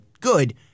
good